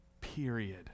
Period